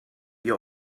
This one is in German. ihr